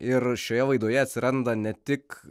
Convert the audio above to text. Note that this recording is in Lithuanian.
ir šioje laidoje atsiranda ne tik